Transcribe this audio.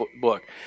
book